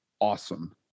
awesome